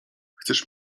chcesz